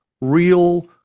Real